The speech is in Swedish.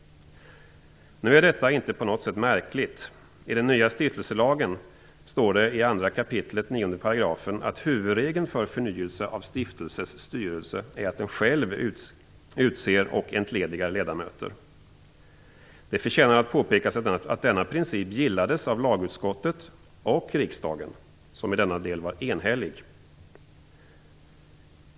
Nu är detta inte på något sätt märkligt. I den nya stiftelselagen står det i 2 kap. 9 § att huvudregeln för förnyelse av stiftelses styrelse är att den själv utser och entledigar ledamöter. Det förtjänar att påpekas att denna princip gillades av lagutskottet och riksdagen, som i denna del var enhällig.